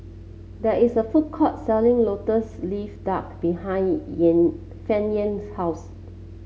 there is a food court selling lotus leaf duck behind Fannye's house